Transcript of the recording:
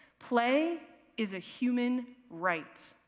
play is a human right.